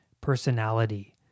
personality